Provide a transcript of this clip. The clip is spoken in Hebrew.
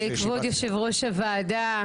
כבוד יושב-ראש הוועדה,